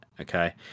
okay